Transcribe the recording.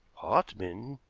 hartmann!